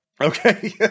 Okay